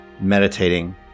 meditating